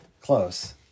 Close